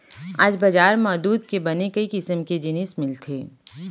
आज बजार म दूद ले बने कई किसम के जिनिस मिलथे